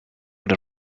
got